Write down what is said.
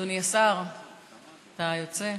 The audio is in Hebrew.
אדוני השר, אתה יוצא?